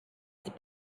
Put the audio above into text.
his